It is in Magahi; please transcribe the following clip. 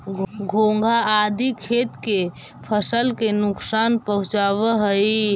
घोंघा आदि खेत के फसल के नुकसान पहुँचावऽ हई